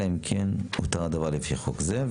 אלא אם כן הותר הדבר לפי חוק זה".